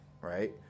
right